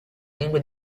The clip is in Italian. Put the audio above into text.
lingue